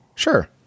Sure